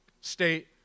state